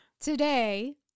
Today